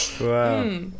Wow